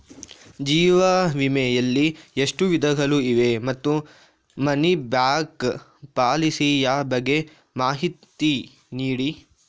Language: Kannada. ಜೀವ ವಿಮೆ ಯಲ್ಲಿ ಎಷ್ಟು ವಿಧಗಳು ಇವೆ ಮತ್ತು ಮನಿ ಬ್ಯಾಕ್ ಪಾಲಿಸಿ ಯ ಬಗ್ಗೆ ಮಾಹಿತಿ ನೀಡಿ?